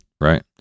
Right